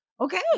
Okay